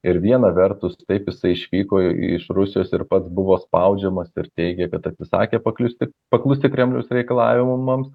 ir viena vertus taip jisai išvyko iš rusijos ir pats buvo spaudžiamas ir teigia kad atsisakė paklusti paklusti kremliaus reikalavimams